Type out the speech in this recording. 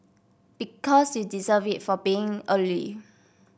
because you deserve it for being early